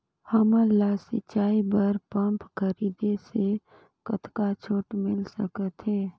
हमन ला सिंचाई बर पंप खरीदे से कतका छूट मिल सकत हे?